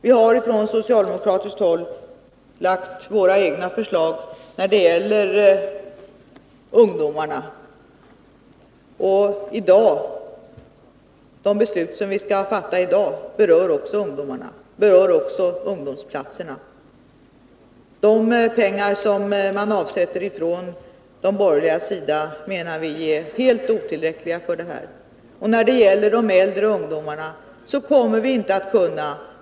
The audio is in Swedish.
Vi har från socialdemokratiskt håll lagt fram våra egna förslag när det gäller ungdomarna. Det beslut som vi skall fatta i dag rör också ungdomsplatserna. Vi menar att de pengar som man från de borgerligas sida avsätter för detta ändamål är helt otillräckliga.